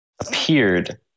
appeared